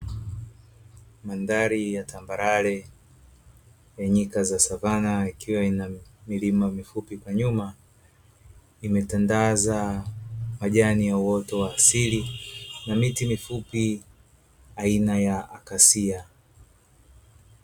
Mandhari ya tambarare ya nyika za savana, ikiwa ina milima mifupi kwa nyuma, imetandaza majani ya uoto wa asili na miti mifupi aina ya akasia.